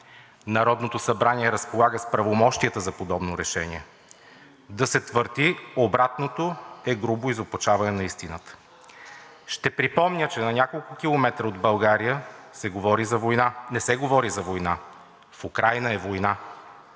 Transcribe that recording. Народното събрание разполага с правомощията за подобно решение, а да се твърди обратното е грубо изопачаване на истината. Ще припомня, че на километри от България не се говори за война – в Украйна е война!